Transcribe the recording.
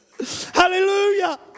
Hallelujah